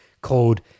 called